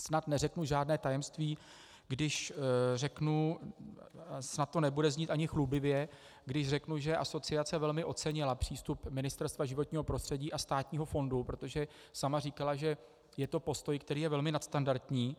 Snad neřeknu žádné tajemství, když řeknu snad to nebude znít ani chlubivě když řeknu, že asociace velmi ocenila přístup Ministerstva životního prostředí a státního fondu, protože sama říkala, že je to postoj, který je velmi nadstandardní.